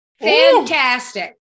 fantastic